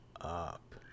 up